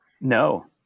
No